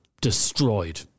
destroyed